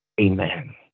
Amen